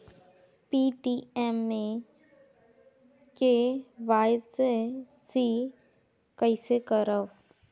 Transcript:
Paytm मे KYC कइसे करव?